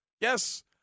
Yes